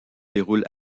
déroule